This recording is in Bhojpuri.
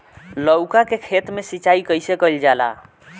लउका के खेत मे सिचाई कईसे कइल जाला?